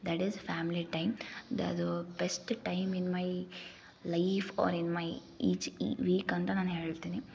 that is family time ಅದು ಅದು best time in my life or in my each ಈ week ಅಂತ ನಾನು ಹೇಳ್ತೀನಿ